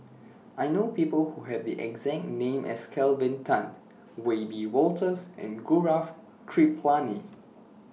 I know People Who Have The exact name as Kelvin Tan Wiebe Wolters and Gaurav Kripalani